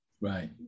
right